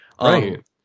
Right